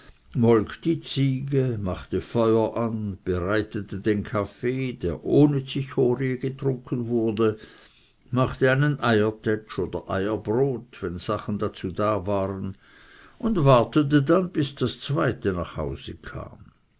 die ziege machte feuer an bereitete den kaffee der ohne cichorie getrunken wurde machte einen eiertätsch oder eierbrot wenn sachen dazu da waren und wartete dann bis das zweite nach hause kam